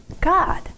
God